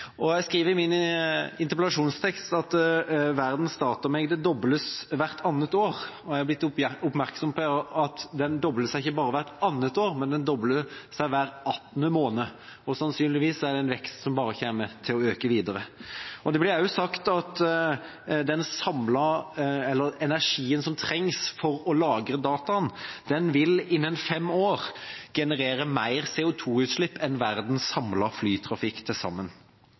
dataene. Jeg skriver i min interpellasjonstekst at verdens datamengder dobles hvert annet år, og jeg er blitt oppmerksom på at de dobler seg ikke bare hvert annet år, men de dobler seg hver 18. måned. Sannsynligvis er det en vekst som bare kommer til å øke videre. Det blir også sagt at energien som trengs for å lagre dataene, vil innen fem år generere mer CO2-utslipp enn verdens samlede flytrafikk.